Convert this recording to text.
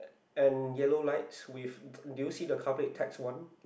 and yellow lights with did you see the car plate taxi one